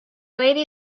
lady